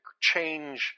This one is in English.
change